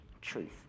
truth